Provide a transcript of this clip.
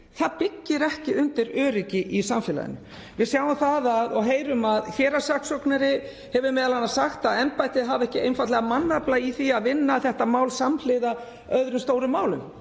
sig byggir ekki undir öryggi í samfélaginu. Við sjáum það og heyrum að héraðssaksóknari hefur m.a. sagt að embættið hafi einfaldlega ekki mannafla í að vinna þetta mál samhliða öðrum stórum málum.